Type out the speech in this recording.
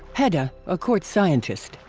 heda, a court scientist,